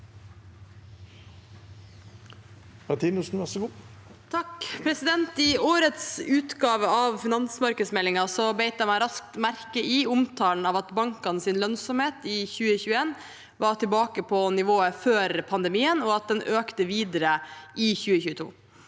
I årets ut- gave av finansmarkedsmeldingen bet jeg meg raskt merke i omtalen av at bankenes lønnsomhet i 2021 var tilbake på nivået før pandemien, og at den økte videre i 2022.